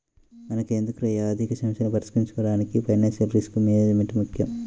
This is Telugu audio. మనకెదురయ్యే ఆర్థికసమస్యలను పరిష్కరించుకోడానికి ఫైనాన్షియల్ రిస్క్ మేనేజ్మెంట్ ముక్కెం